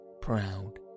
proud